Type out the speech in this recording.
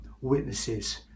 witnesses